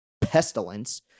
pestilence